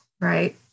right